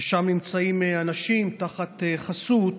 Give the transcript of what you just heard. ששם נמצאים אנשים תחת חסות,